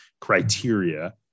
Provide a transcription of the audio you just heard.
criteria